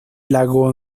lago